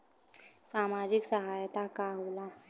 सामाजिक सहायता का होला?